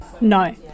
No